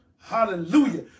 Hallelujah